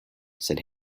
said